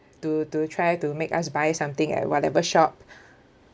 to to try to make us buy something at whatever shop